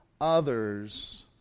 others